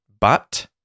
but-